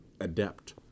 adept